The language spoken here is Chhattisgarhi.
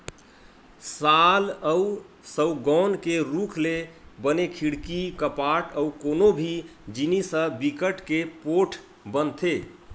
साल अउ सउगौन के रूख ले बने खिड़की, कपाट अउ कोनो भी जिनिस ह बिकट के पोठ बनथे